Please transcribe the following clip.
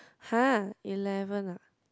har eleven ah